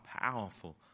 powerful